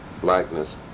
blackness